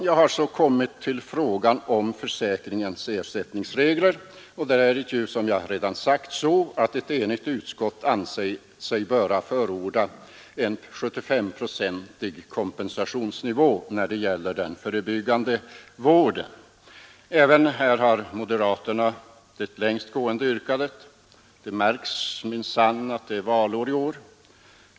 Jag har så kommit fram till frågan om försäkringens ersättningsregler och där är det ju, som jag redan sagt, så att ett enigt utskott ansett sig böra förorda en 75-procentig kompensationsnivå, när det gäller den förebyggande vården. Även här har moderaterna det längst gående yrkandet — det märks minsann att det är valår i år.